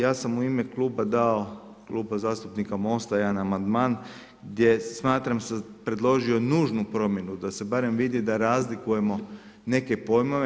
Ja sam u ime kluba dao, Kluba zastupnika MOST-a jedan amandman gdje smatram da sam predložio nužnu promjenu da se barem vidi da razlikujemo neke pojmove.